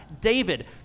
David